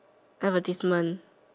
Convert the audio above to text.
advertisement